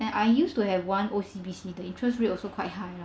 and I used to have one O_C_B_C the interest rate is also quite high lah